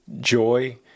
Joy